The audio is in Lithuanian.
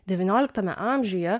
devynioliktame amžiuje